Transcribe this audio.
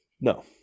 No